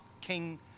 King